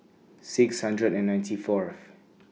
six hundred and ninety Fourth